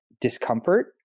discomfort